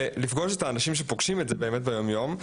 גם בלפגוש את האנשים שפוגשים את זה באמת ביום יום,